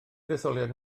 detholiad